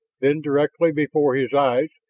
then, directly before his eyes,